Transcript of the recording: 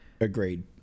Agreed